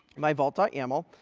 my vault ah yaml.